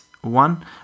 one